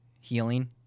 healing